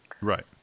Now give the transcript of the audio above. Right